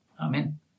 Amen